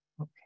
Okay